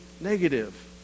negative